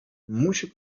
musi